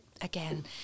Again